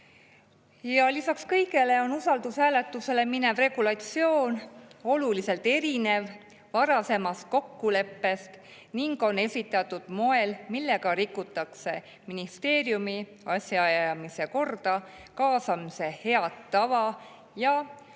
Lisaks kõigele on usaldushääletusele minev regulatsioon oluliselt erinev varasemast kokkuleppest. Ka on see esitatud moel, millega rikutakse ministeeriumi asjaajamise korda, kaasamise head tava ja